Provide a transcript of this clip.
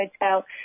Hotel